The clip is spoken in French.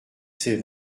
ses